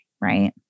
right